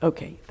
Okay